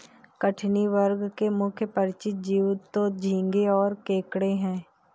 कठिनी वर्ग के मुख्य परिचित जीव तो झींगें और केकड़े हैं